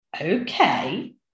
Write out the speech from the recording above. Okay